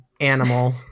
animal